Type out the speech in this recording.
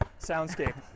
soundscape